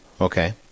Okay